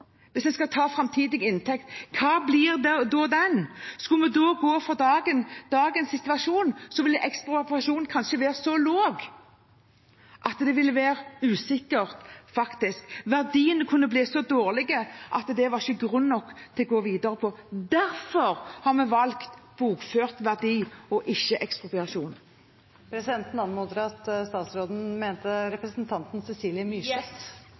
Hvis en skal ta framtidig inntekt, hva blir da den? Skulle vi gå for dagens situasjon, ville ekspropriasjon kanskje ligge så lavt at det ville være usikkert, faktisk. Verdien kunne blitt så dårlig at det ikke var grunn nok til å gå videre med den. Derfor har vi valgt bokført verdi og ikke